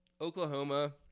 Oklahoma